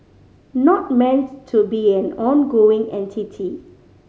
not meant to be an ongoing entity